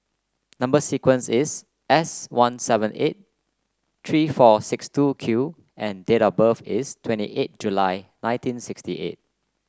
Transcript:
number sequence is S one seven eight three four six two Q and date of birth is twenty eight July nineteen sixty eight